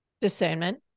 Discernment